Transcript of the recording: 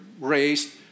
raised